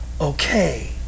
okay